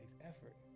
effort